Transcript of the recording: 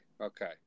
Okay